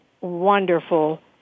wonderful